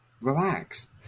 relax